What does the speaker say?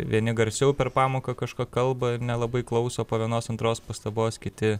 vieni garsiau per pamoką kažką kalba ir nelabai klauso po vienos antros pastabos kiti